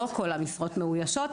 לא כל המשרות מאוישות.